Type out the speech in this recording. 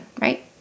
right